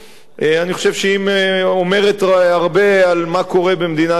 אני חושב שהיא אומרת הרבה על מה שקורה במדינת ישראל,